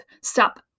Stop